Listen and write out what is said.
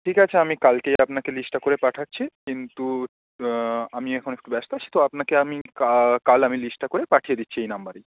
ঠিক আছে আমি কালকেই আপনাকে লিস্টটা করে পাঠাচ্ছি কিন্তু আমি এখন একটু ব্যস্ত আছি তো আপনাকে আমি কাল আমি লিস্টটা করে পাঠিয়ে দিচ্ছি এই নাম্বারেই